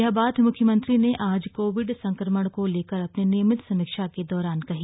यह बात मुख्यमंत्री ने आज कोविड संक्रमण को लेकर अपनी नियमित समीक्षा के दौरान कही